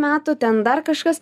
metų ten dar kažkas